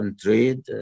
trade